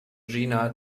gina